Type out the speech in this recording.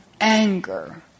anger